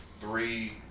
three